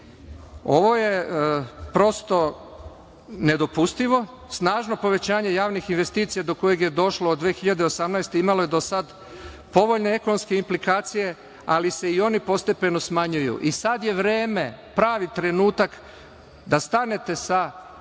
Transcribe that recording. je prosto nedopustivo. Snažno povećanje javnih investicija do kojih je došlo 2018. godine imalo je do sada povoljne ekonomske implikacije, ali se i oni postepeno smanjuju i sada je vreme, pravi trenutak da stanete sa takvom